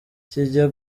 kijya